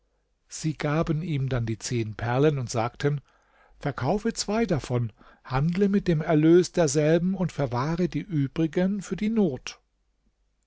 sie gaben ihm dann die zehn perlen und sagten verkaufe zwei davon handle mit dem erlös derselben und verwahre die übrigen für die not